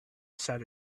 said